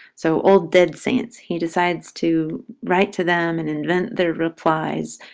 so old, dead saints. he decides to write to them and invent their replies.